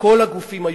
כל הגופים היום,